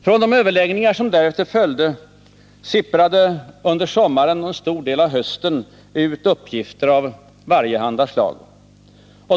Från de överläggningar som därefter följde sipprade under sommaren och en stor del av hösten ut uppgifter av varjehanda slag.